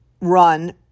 run